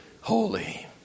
holy